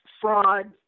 fraud